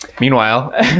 Meanwhile